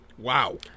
Wow